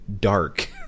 dark